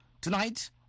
tonight